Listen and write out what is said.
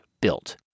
built